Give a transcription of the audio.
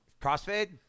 Crossfade